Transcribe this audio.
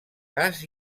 gas